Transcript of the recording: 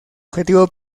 objetivo